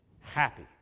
Happy